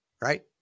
Right